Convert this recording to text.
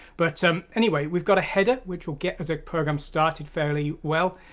but um anyway we've got a header which we'll get as a program started fairly well,